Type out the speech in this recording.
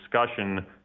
discussion